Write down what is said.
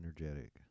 energetic